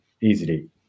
easily